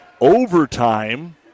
Overtime